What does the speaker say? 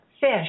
fish